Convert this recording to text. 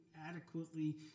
adequately